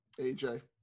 AJ